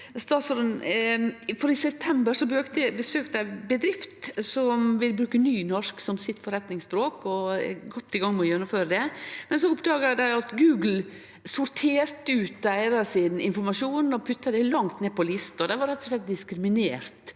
vakna eg. I september besøkte eg ei bedrift som vil bruke nynorsk som sitt forretningsspråk, og som er godt i gang med å gjennomføre det, men så oppdaga dei at Google sorterte ut deira informasjon og putta han langt ned på lista. Dei var rett og slett diskriminerte